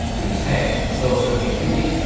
whose head, so ah sukekuni,